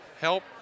help